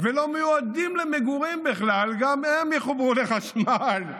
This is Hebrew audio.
ולא מיועדים למגורים בכלל, גם הם יחוברו לחשמל.